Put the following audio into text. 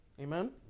Amen